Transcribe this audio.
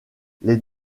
les